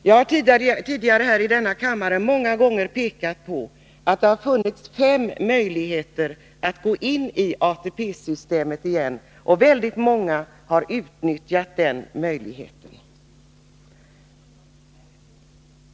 Jag har tidigare i denna kammare många gånger pekat på att det funnits fem möjligheter att gå in i ATP-systemet igen, och väldigt många har utnyttjat dessa möjligheter.